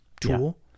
tool